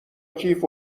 کیف